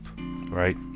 right